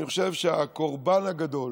אני חושב שהקורבן הגדול